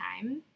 time